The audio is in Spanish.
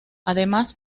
además